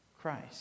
Christ